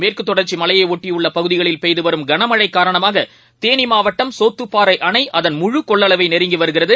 மேற்குதொடர்ச்சிமலையொட்டியுள்ளபகுதிகளில் பெய்துவரும் கனமழைகாரணமாகதேனிமாவட்டம் சோத்துப்பாறைஅணைஅதன் முழு கொள்ளளவைநெருங்கிவருகிறது